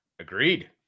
Agreed